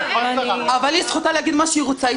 ----- אבל זכותה להגיד מה שהיא רוצה.